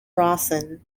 rawson